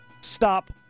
stop